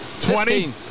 Twenty